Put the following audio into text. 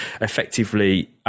effectively